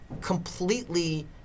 completely